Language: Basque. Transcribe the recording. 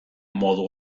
modu